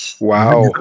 Wow